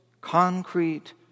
concrete